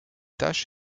tâches